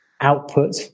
output